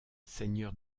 seigneur